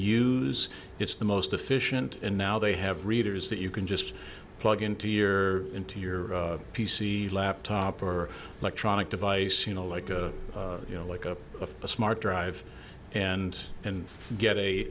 use it's the most efficient and now they have readers that you can just plug into year into your p c laptop or electronic device you know like a you know like a of a smart drive and and get a